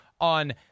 on